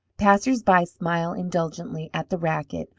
passers-by smile indulgently at the racket,